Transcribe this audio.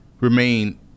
remain